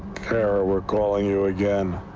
kara, we're calling you again.